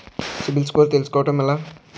CIBIL score తెల్సుకోటం ఎలా?